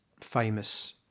famous